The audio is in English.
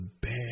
bad